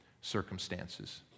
circumstances